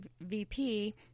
VP